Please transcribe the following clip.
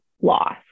loss